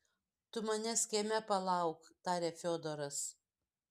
tu manęs kieme palauk tarė fiodoras